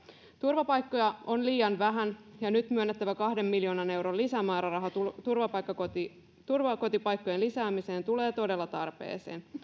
turvapaikkoja on liian vähän ja nyt myönnettävä kahden miljoonan euron lisämääräraha turvakotipaikkojen lisäämiseen tulee todella tarpeeseen